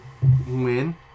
win